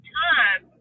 time